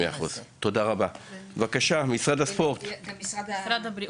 100%. בבקשה, משרד הבריאות,